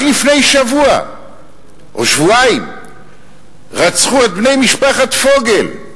רק לפני שבוע או שבועיים רצחו את בני משפחת פוגל.